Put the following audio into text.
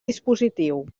dispositiu